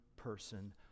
person